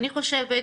אני חושבת